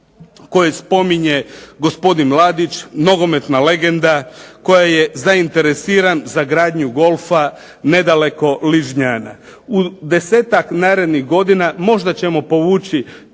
koje spominje gospodin Ladić, nogometna legenda koji je zainteresiran za gradnju golfa nedaleko Ližnjana. U desetak narednih godina možda ćemo povući